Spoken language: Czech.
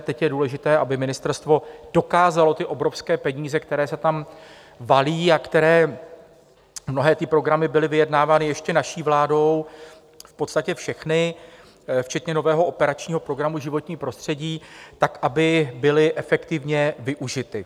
Teď je důležité, aby ministerstvo dokázalo ty obrovské peníze, které se tam valí, a mnohé ty programy byly vyjednávány ještě naší vládou, v podstatě všechny, včetně nového operačního programu Životní prostředí, aby byly efektivně využity.